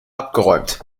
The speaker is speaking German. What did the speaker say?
abgeräumt